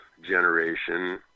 generation